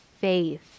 faith